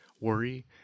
worry